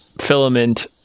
filament